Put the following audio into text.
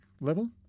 level